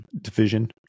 Division